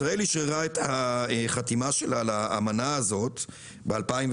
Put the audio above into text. ישראל אשררה את החתימה שלה על האמנה הזאת ב-2005.